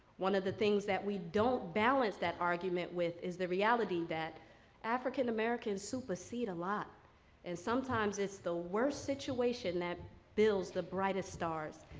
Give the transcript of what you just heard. one of the things that we don't balance that argument with is the reality that african americans supersede a lot and sometimes it's the worse situation that builds the brightest stars.